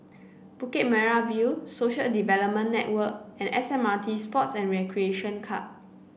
Bukit Merah View Social Development Network and S M R T Sports and Recreation Club